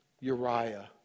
Uriah